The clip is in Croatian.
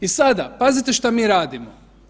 I sada, pazite što mi radimo.